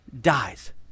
dies